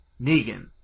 Negan